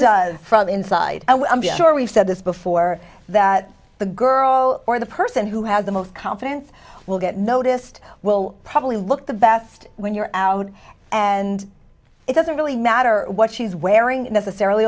does from the inside sure we've said this before that the girl or the person who has the most confidence will get noticed will probably look the best when you're out and it doesn't really matter what she's wearing necessarily